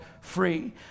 free